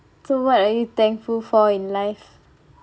so what are you thankful for in life